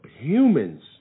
humans